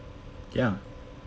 ya